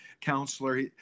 counselor